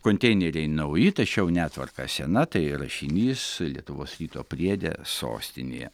konteineriai nauji tačiau netvarka sena tai rašinys lietuvos ryto priede sostinėje